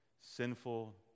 sinful